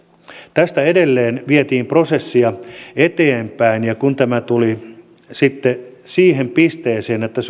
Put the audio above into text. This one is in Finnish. tästä edelleen vietiin prosessia eteenpäin ja kun tämä tuli sitten siihen pisteeseen että